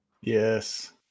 Yes